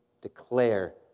Declare